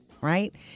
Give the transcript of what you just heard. right